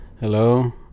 Hello